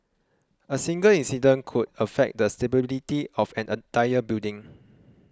a single incident could affect the stability of an entire building